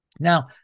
Now